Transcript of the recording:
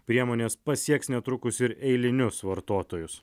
priemonės pasieks netrukus ir eilinius vartotojus